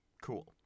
Cool